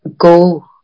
go